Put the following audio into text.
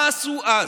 מה עשו אז?